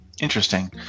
Interesting